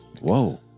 Whoa